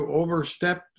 overstep